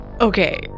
Okay